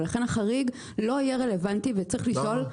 ולכן החריג לא יהיה רלוונטי וצריך לשאול -- למה?